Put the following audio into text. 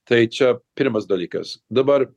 tai čia pirmas dalykas dabar